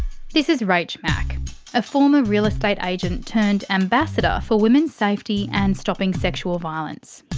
this is rach mac a former real estate agent turned ambassador for women's safety and stopping sexual violence.